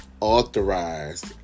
authorized